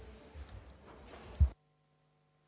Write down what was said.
Hvala,